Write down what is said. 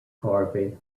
harvey